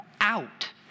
out